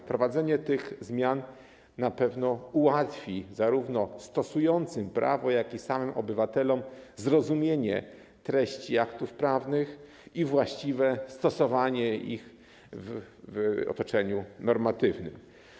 Wprowadzenie tych zmian na pewno ułatwi zarówno stosującym prawo, jak i samym obywatelom zrozumienie treści aktów prawnych i właściwe stosowanie ich w otoczeniu normatywnym.